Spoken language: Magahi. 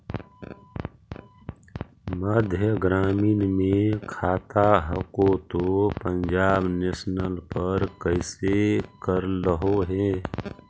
मध्य ग्रामीण मे खाता हको तौ पंजाब नेशनल पर कैसे करैलहो हे?